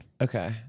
okay